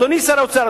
אדוני שר האוצר,